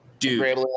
Dude